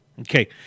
Okay